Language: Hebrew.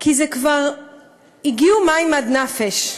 כי הגיעו מים עד נפש.